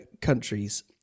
countries